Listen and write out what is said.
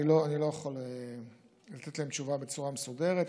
אני לא יכול לתת עליהן תשובה בצורה מסודרת.